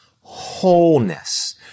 wholeness